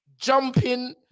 jumping